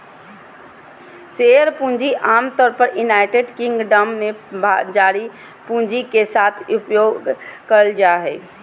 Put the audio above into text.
share पूंजी आमतौर पर यूनाइटेड किंगडम में जारी पूंजी के साथ उपयोग कइल जाय हइ